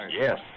yes